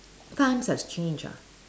times have changed ah